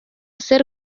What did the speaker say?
ser